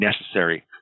necessary